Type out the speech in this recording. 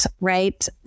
right